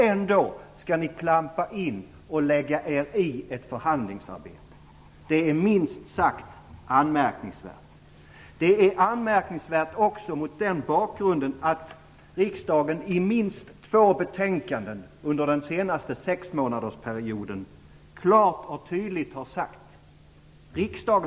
Ändå skall ni klampa in och lägga er i ett förhandlingsarbete. Det är minst sagt anmärkningsvärt. Det är också anmärkningsvärt mot den bakgrunden att det under den senaste sexmånadersperioden har kommit minst två betänkanden i detta avseende.